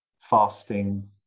fasting